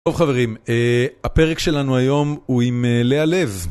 טוב חברים, הפרק שלנו היום הוא עם לאה לב.